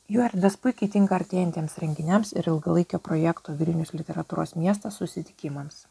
jų erdvės puikiai tinka artėjantiems renginiams ir ilgalaikio projekto vilnius literatūros miestas susitikimams